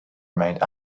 remained